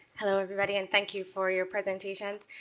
hello, everybody. and thank you for your presentations.